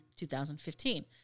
2015